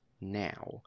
now